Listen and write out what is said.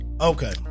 okay